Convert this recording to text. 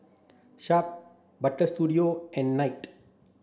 Sharp Butter Studio and Knight